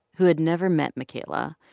who had never met makayla,